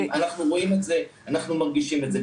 אנחנו רואים את זה, אנחנו מרגישים את זה.